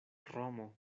romo